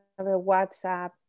WhatsApp